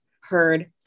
heard